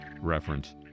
reference